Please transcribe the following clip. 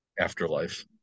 afterlife